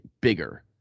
bigger